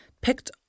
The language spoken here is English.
picked